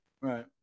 right